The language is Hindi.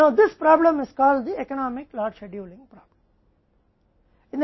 अब इस समस्या को आर्थिक लॉट शेड्यूलिंग कहा जाता है